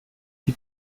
die